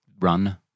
run